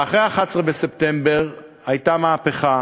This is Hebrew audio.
ואחרי ה-11 בספטמבר הייתה מהפכה